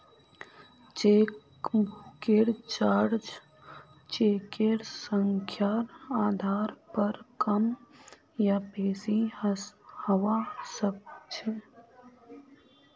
चेकबुकेर चार्ज चेकेर संख्यार आधार पर कम या बेसि हवा सक्छे